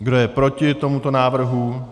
Kdo je proti tomuto návrhu?